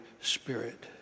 Spirit